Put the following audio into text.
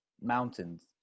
mountains